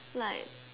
like